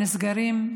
והם נסגרים,